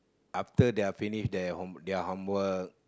after their finish their homework